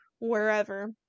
wherever